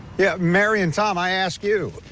yeah, mary and tom. i ask you.